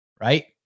right